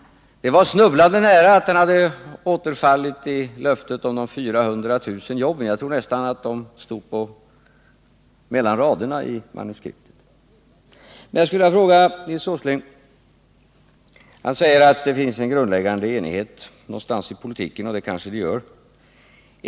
Det var snubblande nära att han hade återfallit i löftet om de 400 000 nya jobben — de föreföll stå mellan raderna i hans manuskript. Nils Åsling säger att det finns en grundläggande enighet någonstans i politiken, och det gör det kanske.